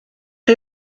chi